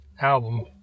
album